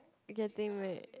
getting ma~